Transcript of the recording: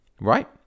Right